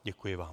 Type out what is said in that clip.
Děkuji vám.